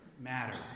matter